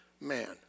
man